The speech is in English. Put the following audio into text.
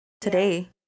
today